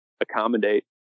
accommodate